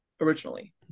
originally